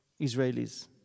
Israelis